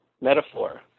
metaphor